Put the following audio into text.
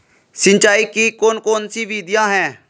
सिंचाई की कौन कौन सी विधियां हैं?